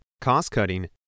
cost-cutting